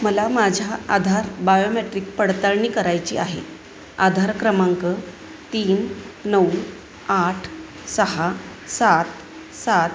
मला माझ्या आधार बायोमॅट्रिक पडतळणी करायची आहे आधार क्रमांक तीन नऊ आठ सहा सात सात शून्य आठ आठ आठ शून्य नऊ आहे आणि बायोमेट्रिक डेटा अंगठा छाप स्कॅन आहे